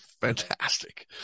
fantastic